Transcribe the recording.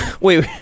Wait